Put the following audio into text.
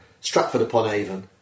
Stratford-upon-Avon